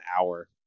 hour